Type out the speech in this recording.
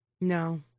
No